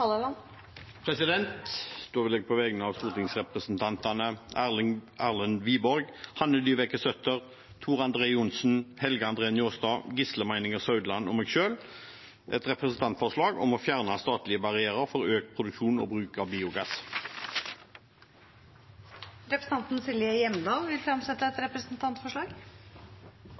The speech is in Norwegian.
Da vil jeg på vegne av stortingsrepresentantene Erlend Wiborg, Hanne Dyveke Søttar, Tor André Johnsen, Helge André Njåstad, Gisle Meininger Saudland og meg selv fremme et representantforslag om å fjerne de statlige barrierene for økt produksjon og bruk av biogass. Representanten Silje Hjemdal vil fremsette et representantforslag.